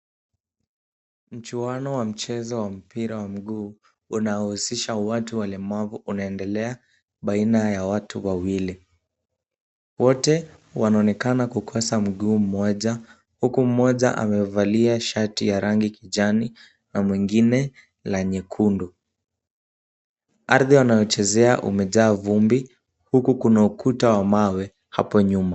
Mchuano wa mchezo wa mpira wa miguu, unahusisha watu walemavu unaendelea baina ya watu wawili. Wote wanaonekana kukosa mguu mmoja huku mmoja amevalia shati ya rangi kijani na mwingine la nyekundu. Ardhi wanayochezea umejaa vumbi huku kuna ukuta wa mawe hapo nyuma.